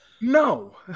No